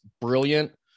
brilliant